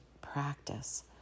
practice